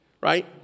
right